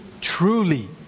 truly